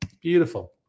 beautiful